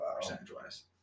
percentage-wise